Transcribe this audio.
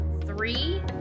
three